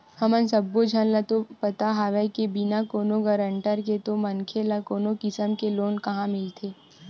हमन सब्बो झन ल पता हवय के बिना कोनो गारंटर के तो मनखे ल कोनो किसम के लोन काँहा मिलथे